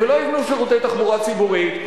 ולא יבנו שירותי תחבורה ציבורית,